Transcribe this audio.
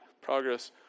progress